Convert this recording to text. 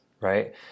right